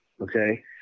okay